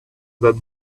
than